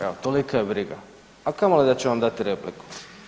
Evo, tolika je briga, a kamoli da će vam dati repliku.